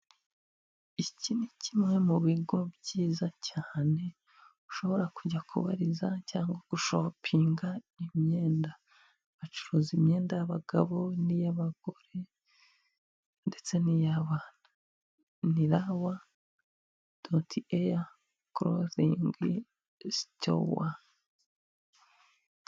Iki ni kimwe mu bigo byiza cyane ushobora kujya kubariza cyangwa gushopinga imyenda, bacuruza imyenda y'abagabo, n' iy'abagore ndetse ni iy'abana. Ni rawa doti eya korozingi sitowa.